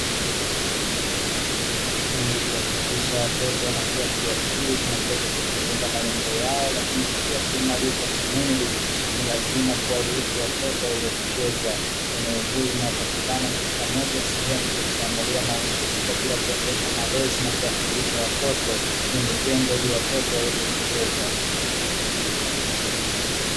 Ili kuhakikisha watoto wanakuwa kiakili na kuweza kutimiza malengo yao, lakini pia kuimarika kimwili ni lazima kuwaruhusu watoto waweze kucheza. Eneo hili linalopatikana katika moja sehemu zilizoandaliwa mahususi, kwa ajili ya kuendesha malezi na kuwafundisha watoto limetengwa ili watoto waweze kucheza.